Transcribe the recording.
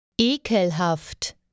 Ekelhaft